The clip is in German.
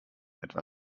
etwa